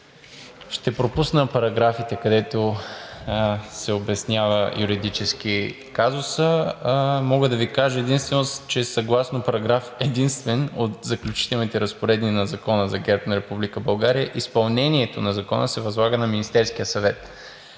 ще пропусна параграфите, където се обяснява юридически казусът. Мога да Ви кажа единствено, че съгласно параграф единствен от Заключителните разпоредби на Закона за герба на Република България изпълнението на Закона се възлага на Министерския съвет.